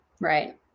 Right